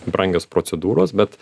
brangios procedūros bet